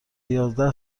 یازده